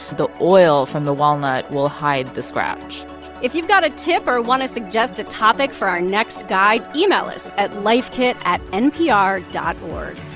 the oil from the walnut will hide the scratch if you've got a tip or want to suggest a topic for our next guide, email us at lifekit at npr dot o